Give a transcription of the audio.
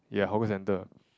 ya hawker centre